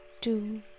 two